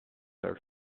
are